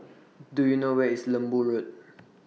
Do YOU know Where IS Lembu Road